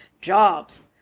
jobs